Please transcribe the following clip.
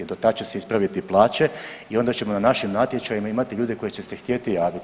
Do tad će se ispraviti i plaće i onda ćemo na našim natječajima imati ljude koji će se htjeti javiti.